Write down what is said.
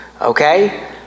Okay